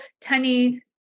tiny